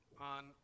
on